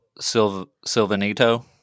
Silvanito